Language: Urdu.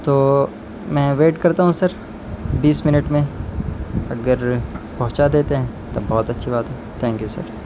تو میں ویٹ کرتا ہوں سر بیس منٹ میں اگر پہنچا دیتے ہیں تو بہت اچھی بات ہے تھینک یو سر